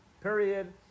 Period